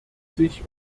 sich